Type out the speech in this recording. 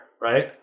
right